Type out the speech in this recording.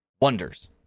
Wonders